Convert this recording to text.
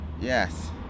yes